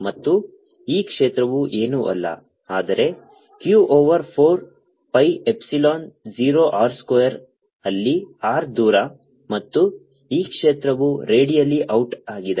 ಮತ್ತು ಈ E ಕ್ಷೇತ್ರವು ಏನೂ ಅಲ್ಲ ಆದರೆ q over 4 pi epsilon 0 r square ಅಲ್ಲಿ r ದೂರ ಮತ್ತು ಈ ಕ್ಷೇತ್ರವು ರೇಡಿಯಲ್ ಔಟ್ ಆಗಿದೆ